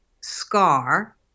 Scar